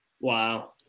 Wow